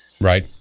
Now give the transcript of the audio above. Right